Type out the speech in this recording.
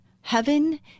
heaven